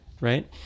Right